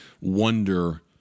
wonder